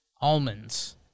Almonds